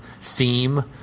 theme